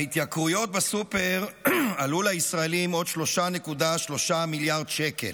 ההתייקרויות בסופר עלו לישראלים עוד 3.3 מיליארד שקל.